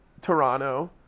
Toronto